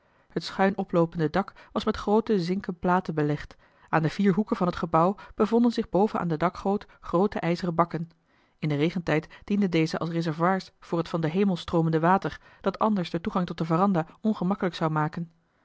het schuin oploopende dak was met groote zinken platen belegd aan de vier hoeken van het gebouw bevonden zich boven aan de dakgoot groote ijzeren bakken in den regentijd dienden deze als reservoirs voor het van den hemel stroomende water dat anders den toegang tot de veranda ongemakkelijk zou maken